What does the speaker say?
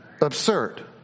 absurd